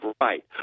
right